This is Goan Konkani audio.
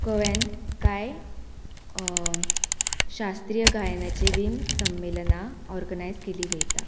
गोंयान कांय शास्त्रीय गायनाचे बीन संमेलना ऑर्गनायज केली वयता